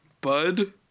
Bud